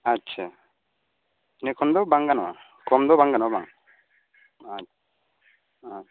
ᱟᱪᱪᱷᱟ ᱤᱱᱟᱹ ᱠᱷᱚᱱ ᱫᱚ ᱵᱟᱝ ᱜᱟᱱᱚᱜᱼᱟ ᱠᱚᱢ ᱫᱚ ᱵᱟᱝ ᱜᱟᱱᱚᱜᱼᱟ ᱵᱟᱝ ᱟᱡ